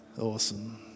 Awesome